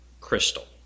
crystal